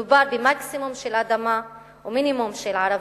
מדובר במקסימום של אדמה ומינימום של ערבים,